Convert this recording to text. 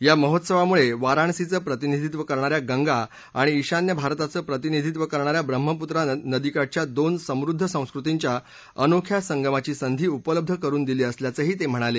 या महोत्सवामुळे वाराणसीचं प्रतिनिधित्व करणाऱ्या गंगा आणि ईशान्य भारताचं प्रतिनिधित्व करणाऱ्या ब्रम्हपुत्र नदीकाठच्या दोन समृद्ध संस्कृतींच्या अनोख्या संगमाची संधी उपलब्ध करून दिली असल्याचंही ते म्हणाले